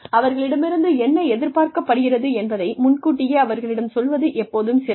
அவர்களிடமிருந்து என்ன எதிர்பார்க்கப்படுகிறது என்பதை முன்கூட்டியே அவர்களிடம் சொல்வது எப்போதும் சிறந்தது